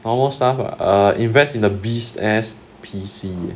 normal stuff ah err invest in the biz and P_C